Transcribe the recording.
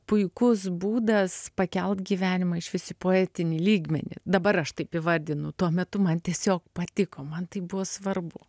puikus būdas pakelt gyvenimą išvis į poetinį lygmenį dabar aš taip įvardinu tuo metu man tiesiog patiko man tai buvo svarbu